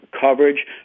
coverage